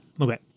Okay